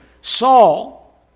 Saul